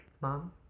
Mom